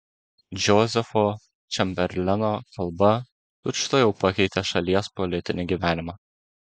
džozefo čemberleno kalba tučtuojau pakeitė šalies politinį gyvenimą